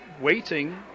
waiting